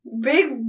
big